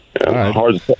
Hard